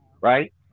right